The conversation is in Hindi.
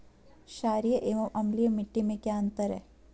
छारीय एवं अम्लीय मिट्टी में क्या अंतर है?